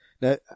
Now